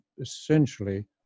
essentially